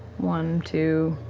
one, two,